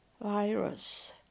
virus